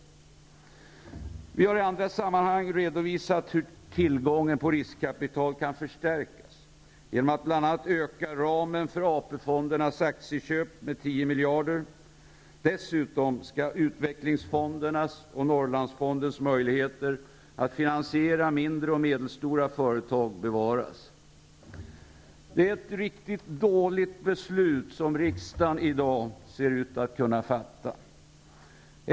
Vi har i andra sammanhang redovisat hur tillgången på riskkapital kan förstärkas bl.a. genom att man ökar ramen för AP-fondernas aktieköp med 10 miljarder. Dessutom skall utvecklingsfondernas och Norrlandsfondens möjligheter att finansiera mindre och medelstora företag bevaras. Det är ett riktigt dåligt beslut som riksdagen i dag ser ut att kunna fatta.